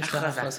ברשות